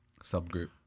subgroup